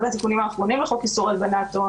התיקונים האחרונים לחוק איסור הלבנת הון,